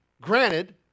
granted